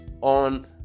on